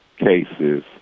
cases